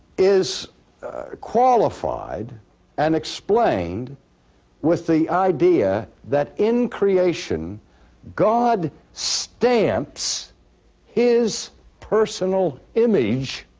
is qualified and explained with the idea that in creation god stamps his personal image